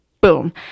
Boom